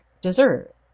dessert